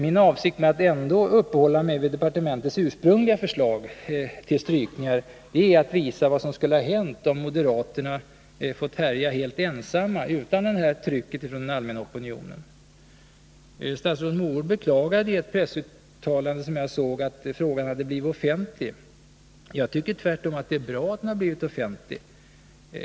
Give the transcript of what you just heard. Min avsikt med att ändå uppehålla mig vid departementets ursprungliga förslag till strykningar är att visa vad som skulle ha hänt om moderaterna hade fått härja helt ensamma utan trycket från den allmänna opinionen. Statsrådet Mogård beklagade i ett pressuttalande som jag såg att frågan hade blivit offentlig. Jag tycker tvärtom att det är bra att den har blivit offentlig.